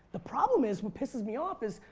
the problem is, what pisses me off is,